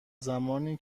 زمانی